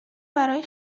برای